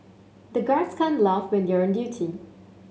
the guards can't laugh when they are on duty